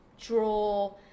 draw